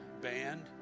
band